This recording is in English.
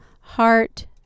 Heart